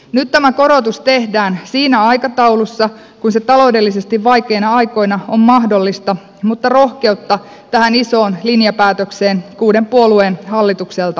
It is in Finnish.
nyt tämä korotus tehdään siinä aikataulussa kuin se taloudellisesti vaikeina aikoina on mahdollista mutta rohkeutta tähän isoon linjapäätökseen kuuden puolueen hallitukselta löytyi